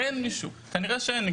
אין מישהו, כנראה שאין.